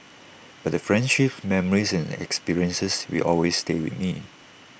but the friendships memories and experiences will always stay with me